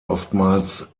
oftmals